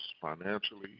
financially